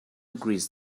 agrees